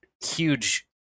huge